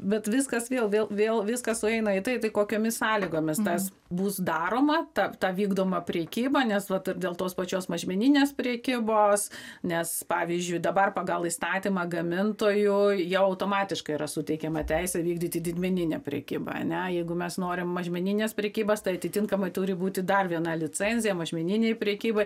bet viskas vėl vėl vėl viskas sueina į tai tai kokiomis sąlygomis tas bus daroma ta ta vykdoma prekyba nes va dėl tos pačios mažmeninės prekybos nes pavyzdžiui dabar pagal įstatymą gamintojui jau automatiškai yra suteikiama teisė vykdyti didmeninę prekybą ane jeigu mes norim mažmeninės prekybas tai atitinkamai turi būti dar viena licencija mažmeninei prekybai